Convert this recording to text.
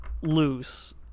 loose